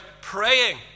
praying